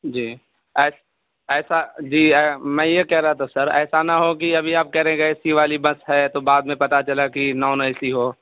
جی ائے ایسا جی میں یہ کہہ رہا تھا سر کہ ایسا نہ ہو کہ ابھی آپ کہہ رہے ہیں کہ اے سی والی بس ہے تو بعد میں پتا چلا کہ نان اے سی ہو